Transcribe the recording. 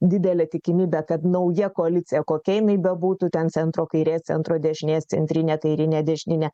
didelė tikimybė kad nauja koalicija kokia jinai bebūtų ten centro kairės centro dešinės centrinė kairinė dešininė